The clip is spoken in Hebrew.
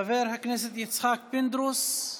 חבר הכנסת יצחק פינדרוס,